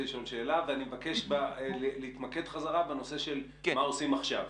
לשאול שאלה ואני מבקש להתמקד חזרה בנושא של מה עושים עכשיו.